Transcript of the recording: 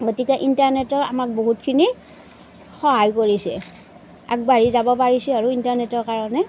গতিকে ইণ্টাৰনেটৰ আমাৰ বহুতখিনি সহায় কৰিছে আগবাঢ়ি যাব পাৰিছোঁ আৰু ইণ্টাৰনেটৰ কাৰণে